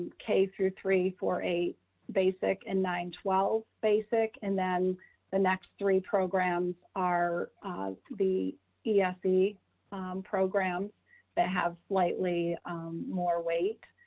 k through three, four, a basic and nine, twelve basic. and then the next three programs are the yeah ah ese programs that have slightly more weight.